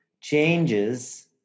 changes